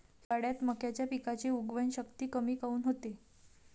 हिवाळ्यात मक्याच्या पिकाची उगवन शक्ती कमी काऊन होते?